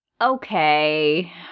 Okay